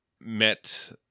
met